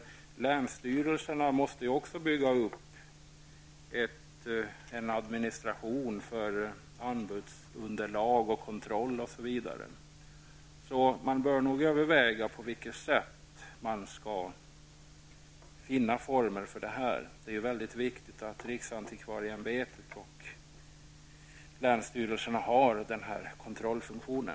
Länsstyrelserna måste också bygga upp en administration för anbudsunderlag, kontroll osv. Man bör nog överväga på vilket sätt detta skall utformas. Det är viktigt att riksantikvarieämbetet och länsstyrelserna har denna kontrollfunktion.